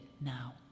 now